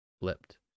flipped